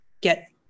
get